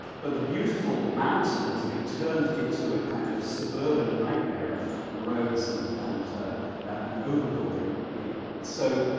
but the beautiful mountain has been turned into a kind of suburban nightmare of roads and and and over-building here. so,